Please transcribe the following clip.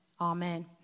Amen